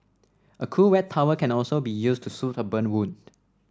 a cool wet towel can also be used to soothe a burn wound